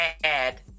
bad